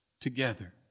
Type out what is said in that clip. together